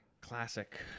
Classic